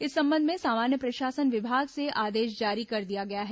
इस संबंध में सामान्य प्रशासन विभाग से आदेश जारी कर दिया गया है